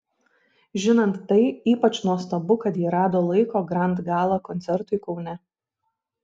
žinant tai ypač nuostabu kad ji rado laiko grand gala koncertui kaune